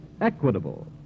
Equitable